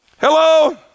Hello